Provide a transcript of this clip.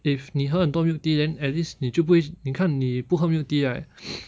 if 你喝很多 milk tea then at least 你就不会你看你不喝 milk tea right